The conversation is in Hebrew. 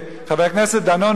חבר הכנסת דנון,